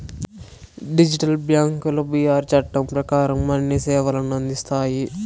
digital బ్యాంకులు BR చట్టం ప్రకారం అన్ని సేవలను అందిస్తాయి